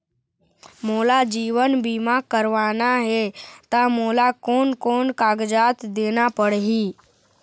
मोला जीवन बीमा करवाना हे ता मोला कोन कोन कागजात देना पड़ही?